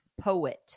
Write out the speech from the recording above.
Poet